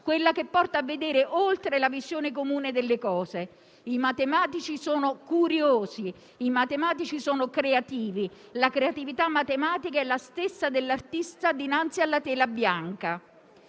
quella che porta a vedere oltre la visione comune delle cose. I matematici sono curiosi e creativi. La creatività matematica è la stessa dell'artista dinanzi alla tela bianca.